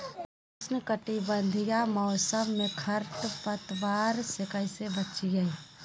उष्णकटिबंधीय मौसम में खरपतवार से कैसे बचिये?